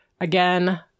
Again